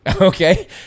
okay